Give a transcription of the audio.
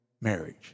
marriage